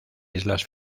islas